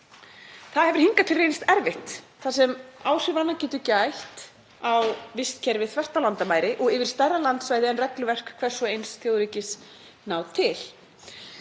Það hefur hingað til reynst erfitt þar sem áhrifanna getur gætt á vistkerfi þvert á landamæri og yfir stærra landsvæði en regluverk hvers og eins þjóðríkis nær til.